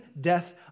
death